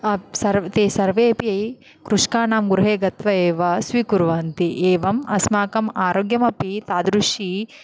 ते सर्वेऽपि कृषिकानां गृहे गत्वा एव स्वीकुर्वन्ति एवम् अस्माकं आरोग्यम् अपि तादृशी